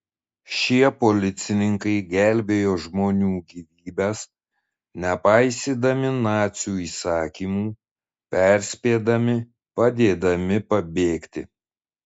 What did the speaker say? šie policininkai gelbėjo žmonių gyvybes nepaisydami nacių įsakymų perspėdami padėdami pabėgti